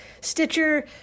Stitcher